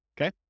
okay